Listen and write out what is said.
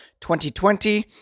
2020